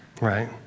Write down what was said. Right